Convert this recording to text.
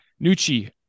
Nucci